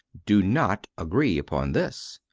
do not agree upon this.